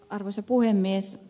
arvoisa puhemies